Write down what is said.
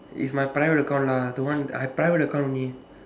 if my private account lah the one I private account only